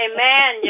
Amen